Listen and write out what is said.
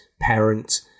parent